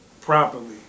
properly